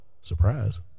Surprise